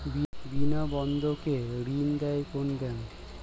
বিনা বন্ধকে ঋণ দেয় কোন ব্যাংক?